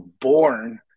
born